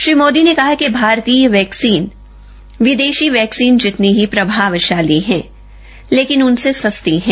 श्री मोदी ने कहा कि भारतीय वैक्सीन विदेषी वैक्सीन जिनती प्रभावषाली है लेकिन उनसे सस्ती है